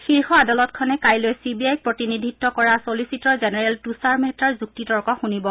শীৰ্ষ আদালতখনে কাইলৈ চি বি আইক প্ৰতিনিধিত্ব কৰা চলিচিটৰ জেনেৰেল তুষাৰ মেহতাৰ যুক্তিতৰ্ক শুনিব